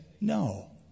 No